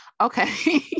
Okay